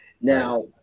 Now